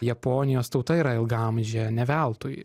japonijos tauta yra ilgaamžė ne veltui